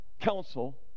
council